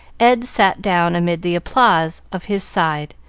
ed sat down amid the applause of his side,